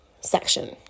section